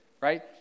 right